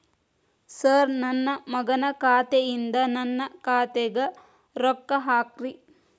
sir ನನ್ನ ಮಗನ ಖಾತೆ ಯಿಂದ ನನ್ನ ಖಾತೆಗ ರೊಕ್ಕಾ ಹಾಕ್ರಿ